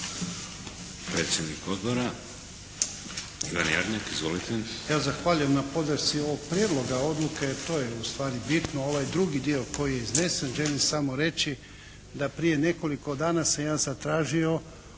Predsjednik odbora Ivan Jarnjak. Izvolite. **Jarnjak, Ivan (HDZ)** Ja zahvaljujem na podršci ovog prijedloga odluke. To je ustvari bitno. Ovaj drugi dio koji je iznesen želim samo reći da prije nekoliko dana sam ja zatražio